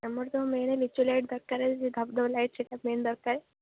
ଆମର ତ ମେନ୍ ଲିଚୁ ଲାଇଟ୍ ଦରକାର ଯେଉଁ ଧପ୍ଧପ୍ ଲାଇଟ୍ ସେଇଟା ମେନ୍ ଦରକାର